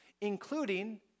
including